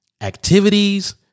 activities